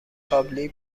کابلی